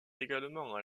également